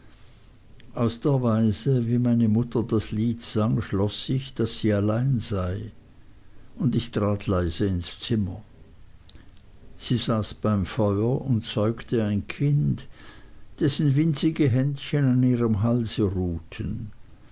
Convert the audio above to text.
aus der weise wie meine mutter das lied sang schloß ich daß sie allein sei und ich trat leise ins zimmer sie saß beim feuer und säugte ein kind dessen winzige händchen an ihrem halse ruhten